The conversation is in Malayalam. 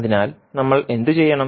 അതിനാൽ നമ്മൾ എന്തുചെയ്യണം